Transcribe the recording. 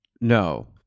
No